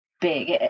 big